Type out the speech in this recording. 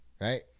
Right